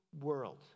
world